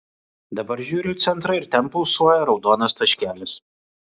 dabar žiūriu į centrą ir ten pulsuoja raudonas taškelis